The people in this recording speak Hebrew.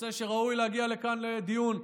נושא שראוי להגיע לכאן לדיון,